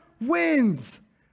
wins